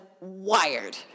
wired